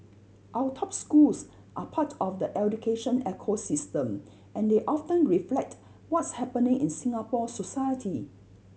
our top schools are part of the education ecosystem and they often reflect what's happening in Singapore society